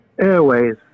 Airways